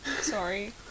sorry